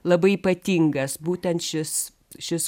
labai ypatingas būtent šis šis